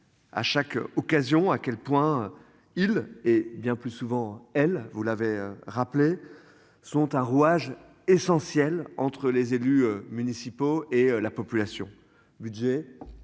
À chaque occasion à quel point il est bien plus souvent elle vous l'avez rappelé, sont un rouage essentiel entre les élus municipaux et la population. Budget.